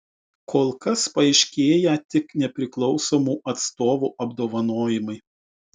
kol kas paaiškėję tik nepriklausomų atstovų apdovanojimai